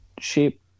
shape